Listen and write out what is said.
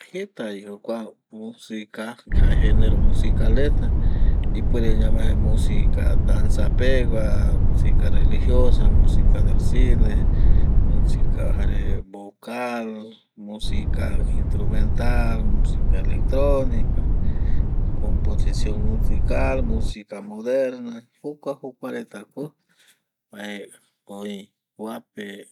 Jeta vi jokua musica jae genero musical reta ipuere ñamae musica danza pegua, musica religiosa, musica del cine, musica jare bocal, musica instrumental, musica electronica, composicion musical, musica moderna jokua jokua reta ko jae oi kuape